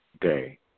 Day